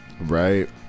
right